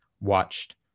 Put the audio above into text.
watched